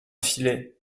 filet